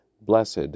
Blessed